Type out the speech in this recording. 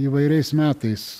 įvairiais metais